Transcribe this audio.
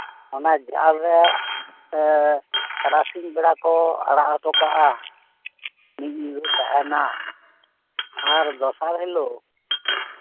ᱚᱱᱟ ᱡᱟᱞᱨᱮ ᱛᱟᱨᱟᱥᱤᱧ ᱵᱮᱲᱟ ᱠᱚ ᱟᱲᱟᱜ ᱦᱚᱴᱚ ᱠᱟᱜᱼᱟ ᱢᱤᱫ ᱧᱤᱫᱟᱹ ᱛᱟᱦᱮᱱᱟ ᱟᱨ ᱫᱚᱥᱟᱨ ᱦᱤᱞᱳᱜ